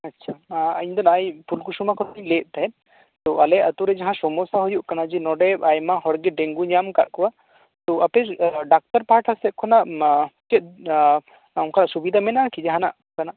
ᱟᱪᱪᱷᱟ ᱤᱧ ᱫᱚ ᱱᱟᱜᱼᱟᱭ ᱯᱦᱞᱠᱩᱥᱢᱟᱹ ᱠᱷᱚᱱ ᱤᱧ ᱞᱟᱹᱭᱮᱫ ᱛᱟᱦᱮᱸᱫ ᱛᱚ ᱟᱞᱮ ᱟᱹᱛᱩ ᱨᱮ ᱡᱟᱦᱟᱸ ᱥᱳᱢᱚᱥᱟ ᱦᱩᱭᱩᱜ ᱠᱟᱱᱟ ᱡᱮ ᱱᱚᱰᱮ ᱟᱭᱢᱟ ᱦᱚᱲ ᱜᱮ ᱰᱮᱝᱜᱩ ᱧᱟᱢ ᱟᱠᱟᱫ ᱠᱚᱣᱟ ᱛᱚ ᱟᱯᱮ ᱰᱟᱠᱛᱟᱨ ᱯᱟᱦᱟᱴᱟ ᱥᱮᱫ ᱠᱷᱚᱱᱟᱜ ᱪᱮᱫ ᱚᱱᱠᱟ ᱥᱩᱵᱤᱫᱟ ᱢᱮᱱᱟᱜ ᱟᱠᱤ ᱡᱟᱦᱟᱸ ᱱᱟᱜ ᱛᱮᱱᱟᱜ